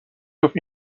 گفت